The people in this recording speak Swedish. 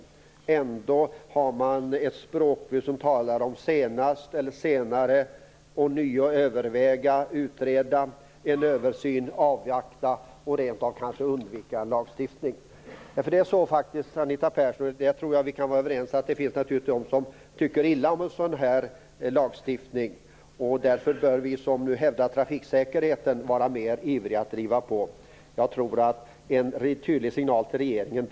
Men ändå har man ett språkbruk där man talar om senare, att ånyo överväga, utreda, göra en översyn, avvakta och kanske rent av undvika en lagstiftning. Det är ju faktiskt så Anita Persson, och där tror jag att vi kan vara överens, att det finns de som tycker illa om en sådan här lagstiftning. Därför bör vi som hävdar trafiksäkerheten vara mer ivriga att driva på. Jag tror att det behövs en tydlig signal till regeringen.